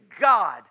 God